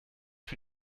für